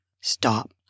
stop